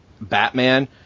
Batman